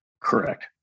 Correct